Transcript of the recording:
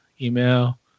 Email